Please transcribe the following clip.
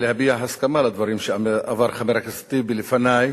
להביע הסכמה לדברים שאמר חבר הכנסת טיבי לפני,